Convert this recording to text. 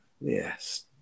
Yes